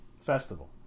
Festival